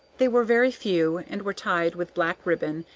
they were very few, and were tied with black ribbon,